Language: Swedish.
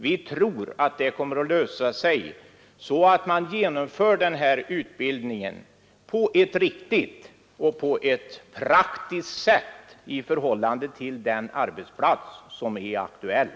Vi tror att det kommer att lösa sig så att man genomför denna utbildning på ett riktigt och praktiskt sätt i förhållande till den arbetsplats som är aktuell.